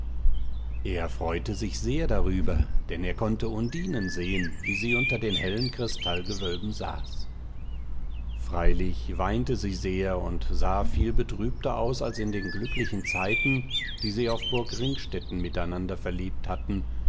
er freute sich sehr darüber denn er konnte undinen sehen wie sie unter den hellen kristallgewölben saß freilich weinte sie sehr und sahe viel betrübter aus als in den glücklichen zeiten die sie auf burg ringstetten miteinander verlebt hatten